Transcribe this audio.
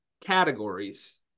categories